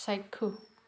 চাক্ষুস